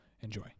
Enjoy